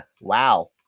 Wow